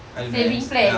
saving plan